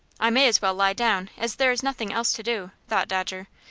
i may as well lie down, as there is nothing else to do, thought dodger.